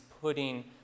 putting